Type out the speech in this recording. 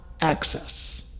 access